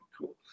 cool